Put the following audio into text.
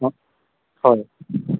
হয়